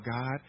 God